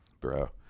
Bro